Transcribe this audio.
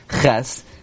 Ches